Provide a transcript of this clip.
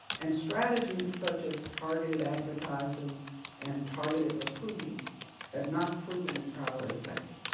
and strategies such as targeted advertising and targeted recruiting have not proven entirely effective.